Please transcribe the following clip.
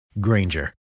Granger